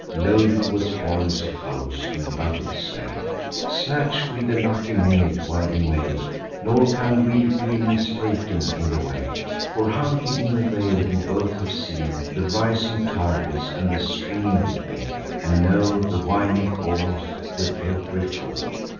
loaded with spoils of foes in battle slain. snatch we the lucky minute while we may nor can we be mistaken in the way for, hunting in the vale, we both have seen the rising turrets, and the stream between, and know the winding course, with ev'ry ford.